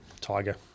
Tiger